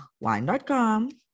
wine.com